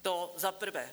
To za prvé.